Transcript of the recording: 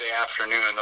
afternoon